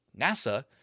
NASA